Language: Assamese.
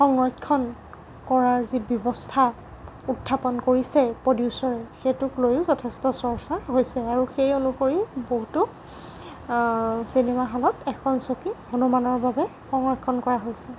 সংৰক্ষন কৰাৰ যি ব্যৱস্থা উত্থাপন কৰিছে প্ৰডিউচাৰে সেইটোক লৈয়ো যথেষ্ট চৰ্চা হৈছে আৰু সেই অনুসৰি বহুতো চিনেমাহলত এখন চকী হনুমানৰ বাবে সংৰক্ষণ কৰা হৈছে